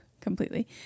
completely